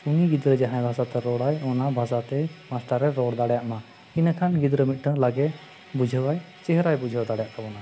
ᱩᱱᱤ ᱜᱤᱫᱽᱨᱟᱹ ᱡᱟᱦᱟᱸ ᱵᱷᱟᱥᱟᱛᱮ ᱨᱚᱲᱟᱭ ᱚᱱᱟ ᱵᱷᱟᱥᱟᱛᱮ ᱼᱮ ᱨᱚᱲ ᱫᱟᱲᱮᱟᱜ ᱢᱟ ᱤᱱᱟᱹᱠᱷᱟᱱ ᱜᱤᱫᱽᱨᱟᱹ ᱢᱤᱫᱴᱟᱝ ᱞᱚᱜᱚᱱ ᱵᱩᱡᱷᱟᱹᱣᱟᱭ ᱪᱮᱦᱨᱟᱭ ᱵᱩᱡᱷᱟᱹᱣ ᱫᱟᱲᱮᱭ ᱟᱛᱟᱵᱚᱱᱟ